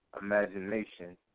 imagination